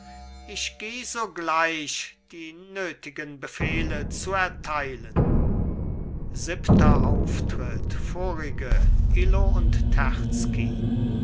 ich geh sogleich die nötigen befehle zu erteilen siebenter auftritt vorige illo und